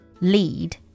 lead